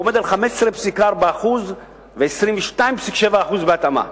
ועומד על 15.4% ו-22.7% בהתאמה.